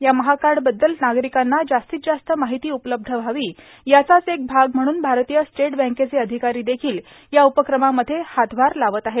या महाकाड बद्दल नार्गारकांना जास्तीत जास्त मार्गाहती उपलब्ध व्हावी याचाच एक भाग म्हणून भारतीय स्टेट बकेचे अधिकारां देखील या उपक्रमामध्ये हातभार लावत आहेत